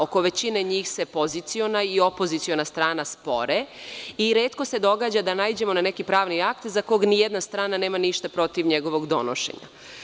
Oko većine njih se poziciona i opoziciona strna spore, i retko se događa da naiđemo na neki pravni akt za kog ni jedna strana nema ništa protiv njegovog donošenja.